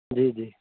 جی جی